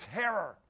terror